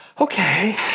Okay